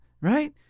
right